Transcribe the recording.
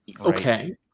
Okay